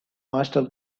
master